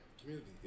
community